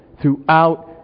throughout